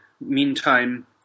Meantime